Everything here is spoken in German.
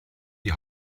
die